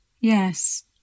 Yes